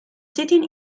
sitting